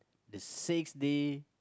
is six day